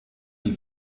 die